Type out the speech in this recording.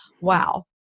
Wow